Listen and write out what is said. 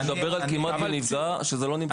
הוא מדבר על "כמעט ונפגע", שזה לא נמדד.